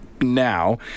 now